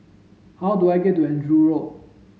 how do I get to Andrew Road